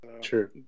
True